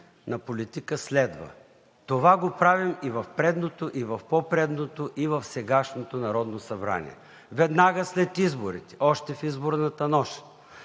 на политика следва. Това го правим и в предното, и в по-предното, и в сегашното Народно събрание. Веднага след изборите – още в изборната нощ,